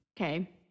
Okay